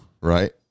right